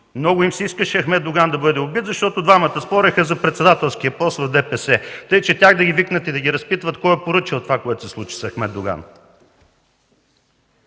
много им се искаше Ахмед Доган да бъде убит, защото двамата спореха за председателския пост в ДПС, така че тях да ги викнат и да ги разпитват кой е поръчал това, което се случи с Ахмед Доган!